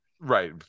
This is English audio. Right